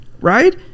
Right